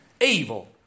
evil